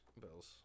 Bills